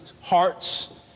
hearts